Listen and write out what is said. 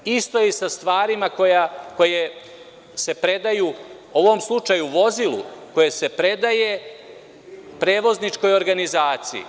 Isto je i sa stvarima koje se predaju, u ovom slučaju vozilu, koje se predaje prevozničkoj organizaciji.